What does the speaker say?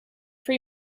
for